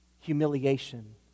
humiliation